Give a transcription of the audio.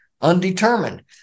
undetermined